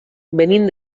venim